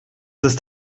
ist